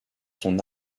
son